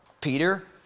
Peter